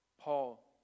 Paul